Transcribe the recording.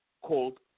called